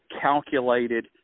calculated